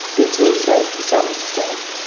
it is also, to some extent,